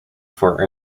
for